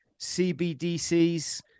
CBDCs